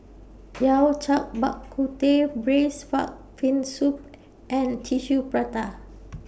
Yao Cai Bak Kut Teh Braised Far Fin Soup and Tissue Prata